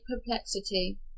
perplexity